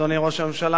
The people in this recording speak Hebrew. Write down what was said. אדוני ראש הממשלה,